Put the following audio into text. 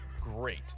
great